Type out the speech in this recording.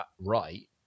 right